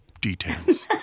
details